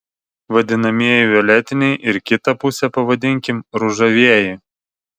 vadinamieji violetiniai ir kitą pusę pavadinkim ružavieji